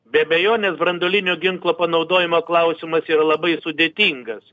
be abejonės branduolinio ginklo panaudojimo klausimas yra labai sudėtingas